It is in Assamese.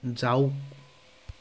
যাওক